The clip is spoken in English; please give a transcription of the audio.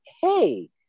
hey